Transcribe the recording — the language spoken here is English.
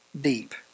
deep